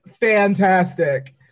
fantastic